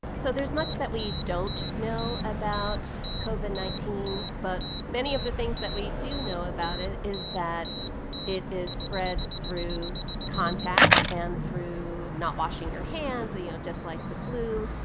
so there's much that we don't know about covid nineteen, but many of the things that we do know about it is that it is spread through contact and through not washing your hands, you know, just like the flu.